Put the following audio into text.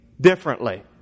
Differently